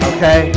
Okay